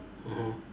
mmhmm